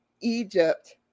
Egypt